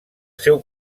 seu